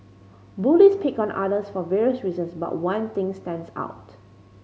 bullies pick on others for various reasons but one thing stands out